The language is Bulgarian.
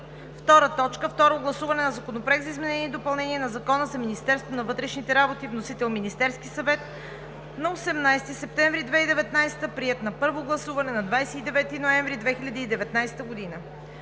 2020 г. 2. Второ гласуване на Законопроекта за изменение и допълнение на Закона за Министерството на вътрешните работи. Вносител – Министерският съвет на 18 септември 2019 г. Приет на първо гласуване на 29 ноември 2019 г.